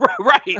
Right